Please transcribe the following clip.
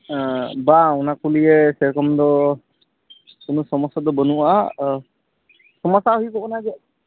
ᱵᱟᱝ ᱚᱱᱟ ᱠᱚ ᱱᱤᱭᱮ ᱥᱮᱨᱚᱠᱚᱢ ᱫᱚ ᱠᱳᱱᱳ ᱥᱚᱢᱳᱥᱟ ᱫᱚ ᱵᱟᱹᱱᱩᱜᱼᱟ ᱥᱚᱢᱳᱥᱟ ᱦᱩᱭᱩᱜᱚ ᱠᱟᱱᱟ ᱡᱮ